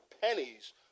pennies